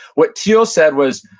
what thiel said was,